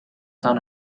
son